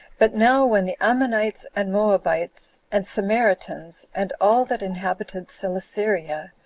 but now when the ammonites, and moabites, and samaritans, and all that inhabited celesyria,